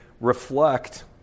reflect